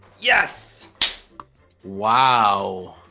yes wow